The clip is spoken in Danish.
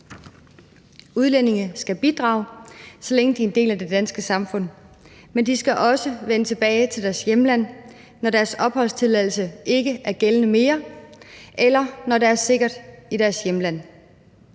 Udlændinge skal bidrage, så længe de er en del af det danske samfund, men de skal også vende tilbage til deres hjemland, når deres opholdstilladelse ikke er gældende mere, eller når der er sikkert i deres hjemland.